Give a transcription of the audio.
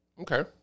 Okay